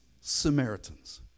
Samaritans